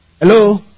Hello